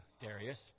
Darius